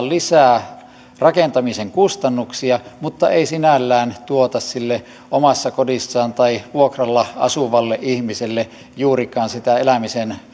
lisää rakentamisen kustannuksia mutta ei sinällään tuota sille omassa kodissaan tai vuokralla asuvalle ihmiselle juurikaan sitä elämisen